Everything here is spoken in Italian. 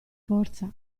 forza